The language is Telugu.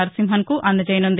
నరసింహన్కు అందజేయనుంది